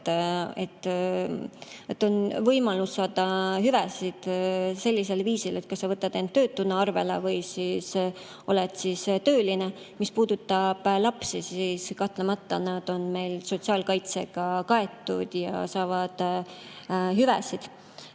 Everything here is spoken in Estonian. et on võimalus saada hüvesid sellisel viisil, et kas sa võtad end töötuna arvele või oled tööline. Mis puudutab lapsi, siis kahtlemata nad on meil sotsiaalkaitsega kaetud ja saavad hüvesid.